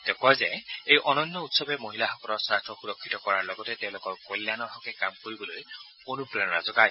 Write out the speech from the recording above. তেওঁ কয় যে এই অনন্য উৎসৱে মহিলাসকলৰ স্বাৰ্থ সুৰক্ষিত কৰাৰ লগতে তেওঁলোকৰ কল্যাণৰ হকে কাম কৰিবলৈ অনুপ্ৰেৰণা যোগায়